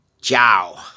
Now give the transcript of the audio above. Ciao